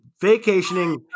vacationing